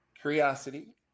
curiosity